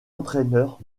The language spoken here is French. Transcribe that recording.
entraîneur